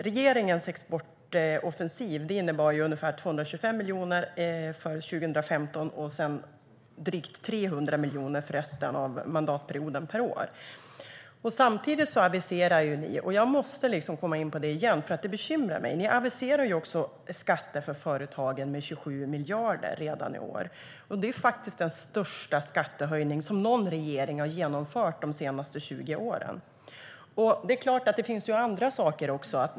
Regeringens exportoffensiv innebär ungefär 225 miljoner för 2015 och drygt 300 miljoner för resten av mandatperioden per år. Jag måste igen komma in på det som bekymrar mig. Ni aviserar skatter för företagen med 27 miljarder redan i år. Det är den största skattehöjning som någon regering har genomfört de senaste 20 åren. Det finns andra saker också.